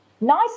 nice